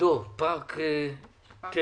זה